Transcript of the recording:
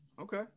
Okay